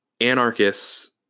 anarchists